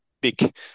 big